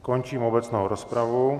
Končím obecnou rozpravu.